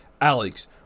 Alex